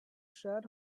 shirt